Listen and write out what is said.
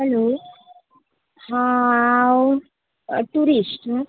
hello हांव tourist